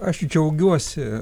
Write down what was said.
aš džiaugiuosi